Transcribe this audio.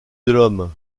l’homme